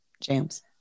James